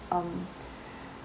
um